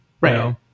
Right